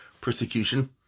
persecution